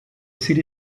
city